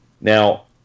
Now